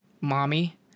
mommy